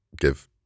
give